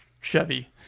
Chevy